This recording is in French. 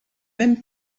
même